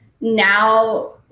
now